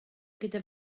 gyda